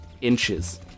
inches